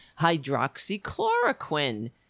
hydroxychloroquine